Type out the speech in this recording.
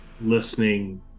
listening